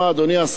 אדוני השר,